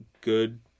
good